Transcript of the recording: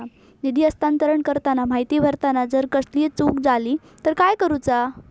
निधी हस्तांतरण करताना माहिती भरताना जर कसलीय चूक जाली तर काय करूचा?